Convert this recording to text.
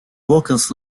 workers